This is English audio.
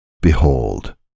Behold